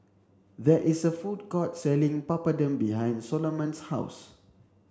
there is a food court selling Papadum behind Soloman's house